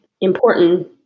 important